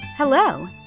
Hello